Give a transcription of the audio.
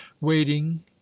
waiting